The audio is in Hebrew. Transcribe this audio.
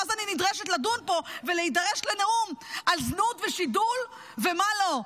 ואז אני נדרשת לדון פה ולהידרש לנאום על זנות ושידול ומה לא.